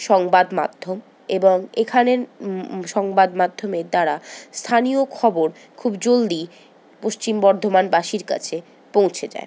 সংবাদ মাধ্যম এবং এখানের সংবাদ মাধ্যমের দ্বারা স্থানীয় খবর খুব জলদি পশ্চিম বর্ধমানবাসীর কাছে পৌঁছে যায়